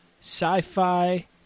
sci-fi